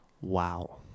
Wow